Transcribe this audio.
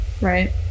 right